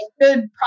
good